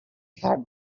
had